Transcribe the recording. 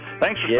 thanks